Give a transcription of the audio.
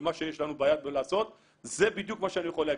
ומה שיש לנו ביד לעשות זה בדיוק מה שאני יכול להגיד,